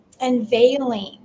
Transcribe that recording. unveiling